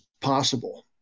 possible